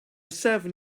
seven